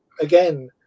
again